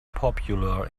popular